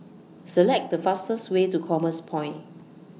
Select The fastest Way to Commerce Point